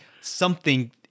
something-